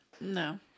No